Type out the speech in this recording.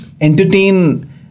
entertain